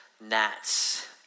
gnats